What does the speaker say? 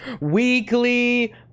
weekly